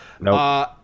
No